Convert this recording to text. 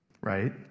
Right